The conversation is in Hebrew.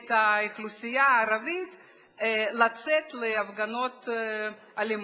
האוכלוסייה הערבית לצאת להפגנות אלימות.